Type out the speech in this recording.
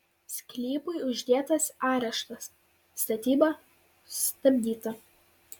sklypui uždėtas areštas statyba sustabdyta